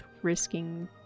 Risking